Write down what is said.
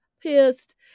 pissed